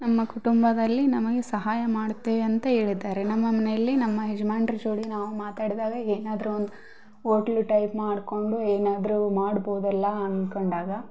ನಮ್ಮ ಕುಟುಂಬದಲ್ಲಿ ನಮಗೆ ಸಹಾಯ ಮಾಡ್ತೇವೆ ಅಂತ ಹೇಳಿದಾರೆ ನಮ್ಮ ಮನೆಯಲ್ಲಿ ನಮ್ಮ ಯಜ್ಮಾನ್ರು ಜೋಡಿ ನಾವು ಮಾತಾಡಿದಾಗ ಏನಾದರು ಒಂದು ಓಟ್ಲು ಟೈಪ್ ಮಾಡಿಕೊಂಡು ಏನಾದರು ಮಾಡ್ಬೋದಲ್ಲ ಅಂದ್ಕೊಂಡಾಗ